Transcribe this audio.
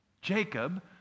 Jacob